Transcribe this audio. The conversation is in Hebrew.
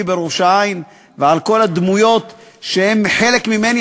בראש-העין ועל כל הדמויות שהן חלק ממני.